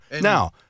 Now